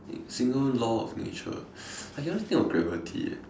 single law of nature I can only think of gravity eh